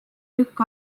tükk